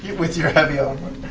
yeah with your heavy ah